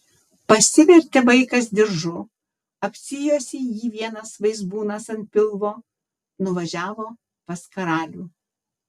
pasivertė vaikas diržu apsijuosė jį vienas vaizbūnas ant pilvo nuvažiavo pas karalių